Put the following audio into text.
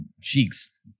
cheeks